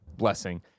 blessing